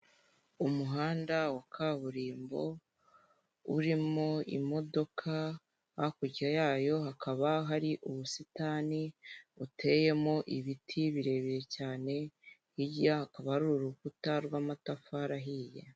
Umuhanda wa kaburimbo urimo imodoka hakurya yayo hakaba hari ubusitani buteyemo ibiti birebire cyane hirya hakaba hari urukuta rw'amatafari ahiye .